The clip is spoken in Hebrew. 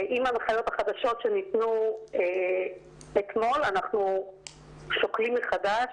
עם ההנחיות החדשות שניתנו אתמול אנחנו שוקלים מחדש